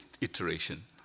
iteration